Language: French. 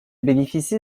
bénéficie